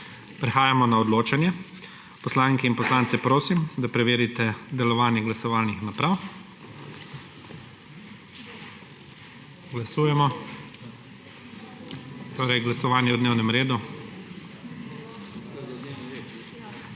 Prehajamo na odločanje. Poslanke in poslance prosim, da preverite delovanje glasovalnih naprav. Glasovanje o dnevnem redu.